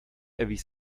erwies